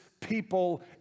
people